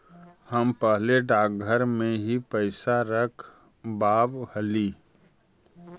हम पहले डाकघर में ही पैसा रखवाव हली